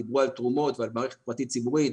דיברו על תרומות ועל מערכת פרטית ציבורית,